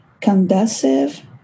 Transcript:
conducive